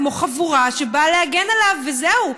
כמו חבורה שבאה להגן עליו וזהו.